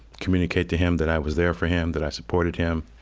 communicate to him that i was there for him, that i supported him,